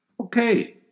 Okay